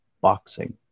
boxing